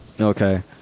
Okay